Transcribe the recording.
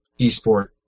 eSport